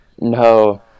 No